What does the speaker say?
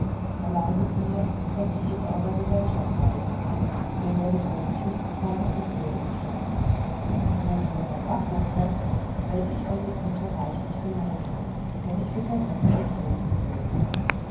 erlaubet mir daß ich in eurer gesellschaft reise ihr werdet euren schutz keinem unwürdigen schenken und so ihr nach bagdad kommet werde ich eure güte reichlich lohnen denn ich bin der neffe des